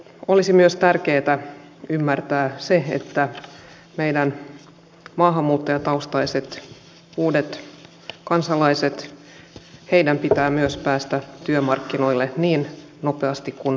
olisi myös tärkeätä ymmärtää se että meidän maahanmuuttajataustaisten uusien kansalaisten pitää myös päästä työmarkkinoille niin nopeasti kuin mahdollista